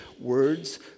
Words